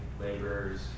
laborers